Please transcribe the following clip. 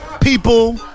people